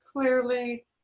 clearly